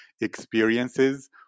experiences